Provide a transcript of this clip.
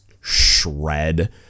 shred